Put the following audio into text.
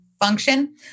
function